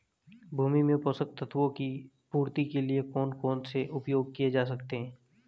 भूमि में पोषक तत्वों की पूर्ति के लिए कौन कौन से उपाय किए जा सकते हैं?